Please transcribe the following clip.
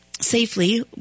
safely